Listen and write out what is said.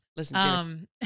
Listen